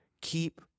keep